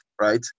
right